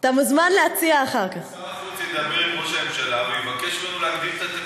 יש לי הצעה: ששר החוץ ידבר עם ראש הממשלה ויבקש ממנו להגדיל את התקציב.